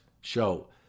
show